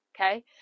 okay